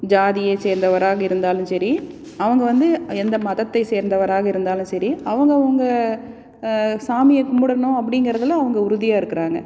ஜாதியை சேர்ந்தவராக இருந்தாலும் சரி அவங்க வந்து எந்த மதத்தை சேர்ந்தவராக இருந்தாலும் சரி அவுங்கவங்க சாமியை கும்பிடணும் அப்படிங்கிறதுல அவங்க உறுதியாக இருக்கிறாங்க